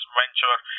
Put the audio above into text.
venture